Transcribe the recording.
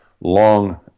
long